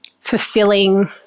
fulfilling